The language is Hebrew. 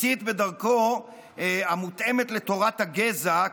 הסית בדרכו המותאמת לתורת הגזע,